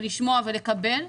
לשמוע ולקבל.